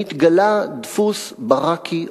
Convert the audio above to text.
נתגלה דפוס ברקי אופייני.